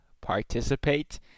participate